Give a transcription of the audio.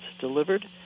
delivered